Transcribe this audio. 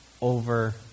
over